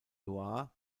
loire